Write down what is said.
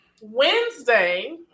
Wednesday